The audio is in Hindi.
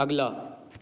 अगला